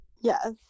Yes